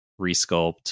resculpt